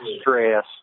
stress